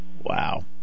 Wow